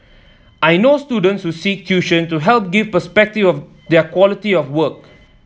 I know students who seek tuition to help give perspective of their quality of work